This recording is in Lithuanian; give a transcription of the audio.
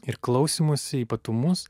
ir klausymosi ypatumus